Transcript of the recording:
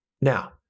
Now